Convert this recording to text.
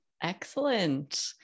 Excellent